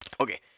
okay